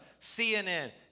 CNN